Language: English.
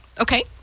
Okay